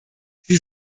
sie